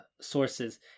sources